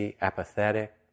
apathetic